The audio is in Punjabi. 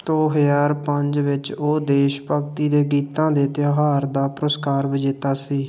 ਦੋ ਹਜ਼ਾਰ ਪੰਜ ਵਿੱਚ ਉਹ ਦੇਸ਼ ਭਗਤੀ ਦੇ ਗੀਤਾਂ ਦੇ ਤਿਉਹਾਰ ਦਾ ਪੁਰਸਕਾਰ ਵਿਜੇਤਾ ਸੀ